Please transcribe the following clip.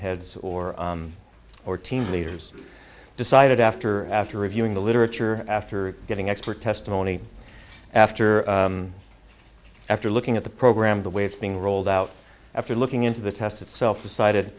heads or or team leaders decided after after reviewing the literature after getting expert testimony after after looking at the program the way it's being rolled out after looking into the test itself decided